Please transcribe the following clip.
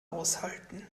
aushalten